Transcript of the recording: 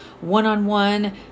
one-on-one